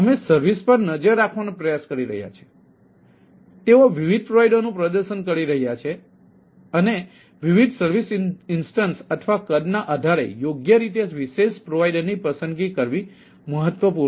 અમે સર્વિસ પર નજર રાખવાનો પ્રયાસ કરી રહ્યા છીએ તેઓ વિવિધ પ્રોવાઇડરઓ નું પ્રદર્શન કરી રહ્યા છે અને વિવિધ સર્વિસ ઇન્સ્ટન્સ અથવા કદના આધારે યોગ્ય રીતે વિશેષ પ્રોવાઇડરની પસંદગી કરવી મહત્વપૂર્ણ છે